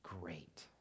great